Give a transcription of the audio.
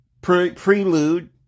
prelude